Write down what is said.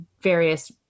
various